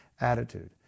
attitude